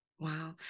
Wow